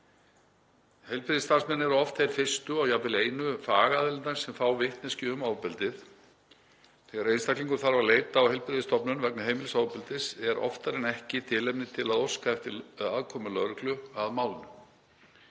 Heilbrigðisstarfsmenn eru oft þeir fyrstu og jafnvel einu fagaðilarnir sem fá vitneskju um ofbeldið. Þegar einstaklingur leitar á heilbrigðisstofnun í kjölfar heimilisofbeldis er oftar en ekki tilefni til að óska eftir aðkomu lögreglu að málinu.